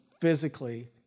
physically